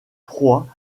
proie